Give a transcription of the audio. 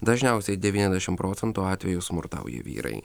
dažniausiai devyniasdešimt procentų atvejų smurtauja vyrai